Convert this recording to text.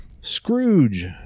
Scrooge